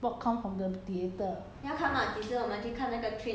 but 我 miss 那个 popcorn leh 我要去看戏